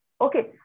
Okay